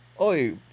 Oi